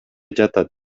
жатат